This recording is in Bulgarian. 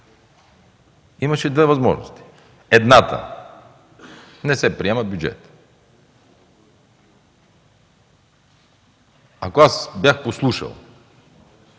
Имаше две възможности: едната – не се приема бюджетът. Ако бях послушал